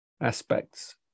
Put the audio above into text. aspects